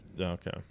Okay